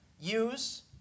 Use